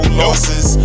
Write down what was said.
losses